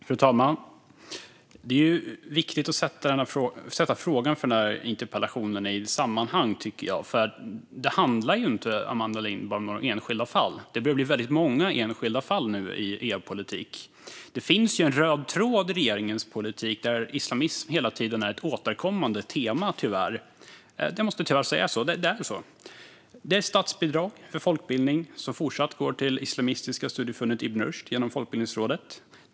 Fru talman! Det är viktigt att sätta frågan i interpellationen i ett sammanhang. Det handlar inte om några enskilda fall, Amanda Lind. Det börjar nu bli väldigt många enskilda fall i er politik. Det finns en röd tråd i regeringens politik där islamism tyvärr hela tiden är ett återkommande tema. Jag måste tyvärr säga så, för det är så. Det är statsbidrag för folkbildning som fortsatt går till islamistiska studieförbundet Ibn Rushd genom Folkbildningsrådet.